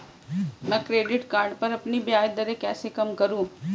मैं credit card पर अपनी ब्याज दरें कैसे कम करूँ?